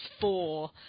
four